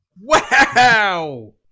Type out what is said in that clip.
Wow